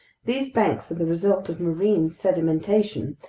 these banks are the result of marine sedimentation,